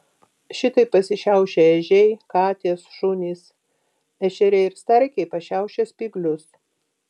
šitaip pasišiaušia ežiai katės šunys ešeriai ir starkiai pašiaušia spyglius